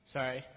Sorry